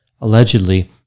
Allegedly